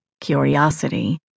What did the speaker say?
curiosity